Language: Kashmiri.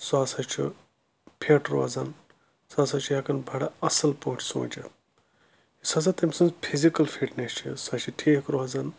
سُہ ہَسا چھُ فِٹ روزَان سُہ ہَسا چھُ ہؠکان بَڑٕ اَصٕل پٲٹھۍ سوٗنٛچتھ یُس ہَسا تٔمۍ سٕنٛز فِزِکَل فِٹنَیس چھِ سُہ چھِ ٹھیٖک روزَان